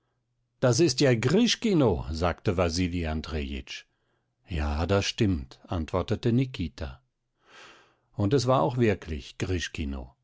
das ist ja grischkino sagte wasili andrejitsch ja das stimmt antwortete nikita und es war auch wirklich